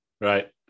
right